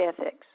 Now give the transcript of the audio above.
ethics